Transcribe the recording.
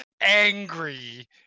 angry